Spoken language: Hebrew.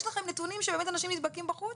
יש לכם באמת נתונים שאנשים נדבקים בחוץ?